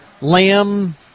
lamb